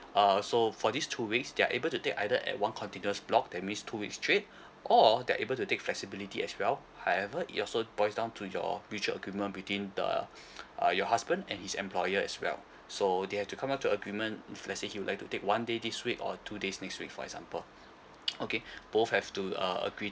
uh so for these two weeks they're able to take either at one continuous block that means two weeks straight or they are able to take flexibility as well however it also falls down to your which agreement between the uh your husband and his employer as well so they have to come out to agreement if let say he would like to take one day this week or two days next week for example okay both have to uh agree